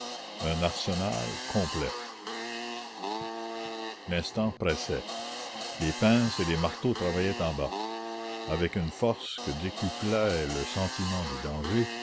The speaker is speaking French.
un arsenal complet l'instant pressait les pinces et les marteaux travaillaient en bas avec une force que décuplait le sentiment du danger